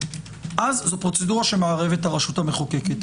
אז זו פרוצדורה שמערבת את הרשות המחוקקת.